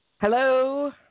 Hello